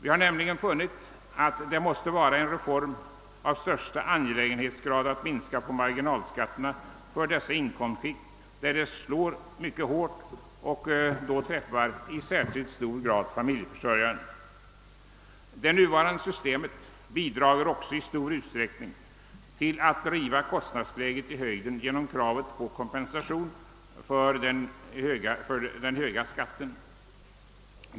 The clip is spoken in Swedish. Vi har nämligen funnit att det måste vara en reform av högsta angelägenhetsgrad att minska marginalskatterna för de inkomstskikt där dessa slår hårt och i särskilt hög grad drabbar familjeförsörjare. Det nuvarande systemet bidrar också i stor utsträckning till att driva kostnadsläget i höjden genom krav på kompensation för den höga skatten.